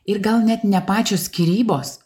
ir gal net ne pačios skyrybos